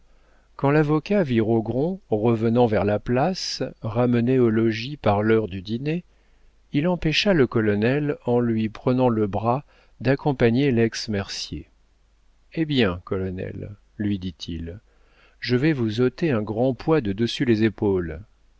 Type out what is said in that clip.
quand l'avocat vit rogron revenant vers la place ramené au logis par l'heure du dîner il empêcha le colonel en lui prenant le bras d'accompagner lex mercier hé bien colonel lui dit-il je vais vous ôter un grand poids de dessus les épaules